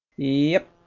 yep,